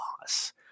loss